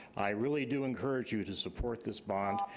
i really do encourage you to support this bond.